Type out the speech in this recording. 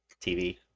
TV